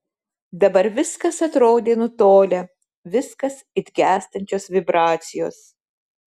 dabar viskas atrodė nutolę viskas it gęstančios vibracijos